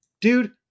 dude